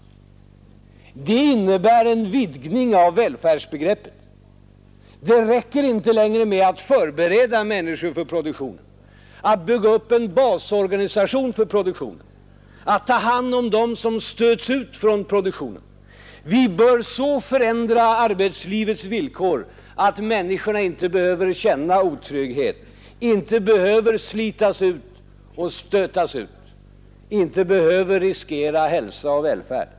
Det innebär en vidgning av välfärdsbegreppet. Det räcker inte längre med att förbereda människor för produktionen, att bygga upp en basorganisation för produktionen, att ta hand om dem som stöts ut från produktionen. Vi bör så förändra arbetslivets villkor att människorna inte behöver känna otrygghet, inte behöver slitas ut och stötas ut, inte behöver riskera hälsa och välfärd.